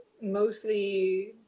mostly